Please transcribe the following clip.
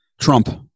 Trump